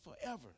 forever